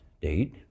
date